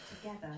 together